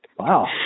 Wow